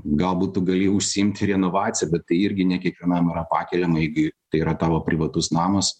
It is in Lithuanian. galbūt tu gali užsiimti renovacija bet tai irgi ne kiekvienam yra pakeliama jeigu tai yra tavo privatus namas